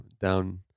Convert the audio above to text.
down